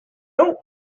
don’t